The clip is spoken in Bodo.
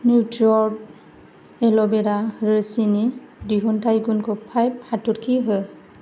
न्युत्रिअर्ग एल'भेरा रोसिनि दिहुनथाइ गुनखौ फाइभ हाथरखि हो